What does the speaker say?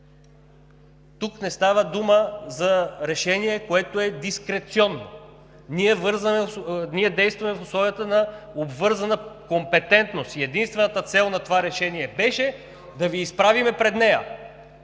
Тук не става дума за решение, което е дискреционно. Ние действаме в условията на обвързана компетентност и единствената цел на това решение беше да Ви изправим пред нея.